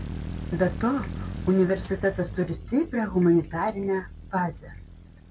be to universitetas turi stiprią humanitarinę bazę